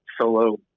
solo